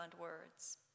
words